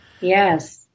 Yes